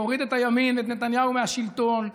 להוריד את הימין ואת נתניהו מהשלטון,